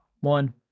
one